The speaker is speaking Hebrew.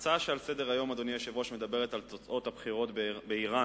הנושא שעל סדר-היום הוא תוצאות הבחירות באירן.